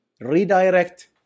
redirect